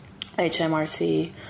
hmrc